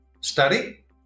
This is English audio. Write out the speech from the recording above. study